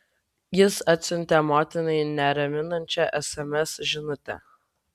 jis atsiuntė motinai neraminančią sms žinutę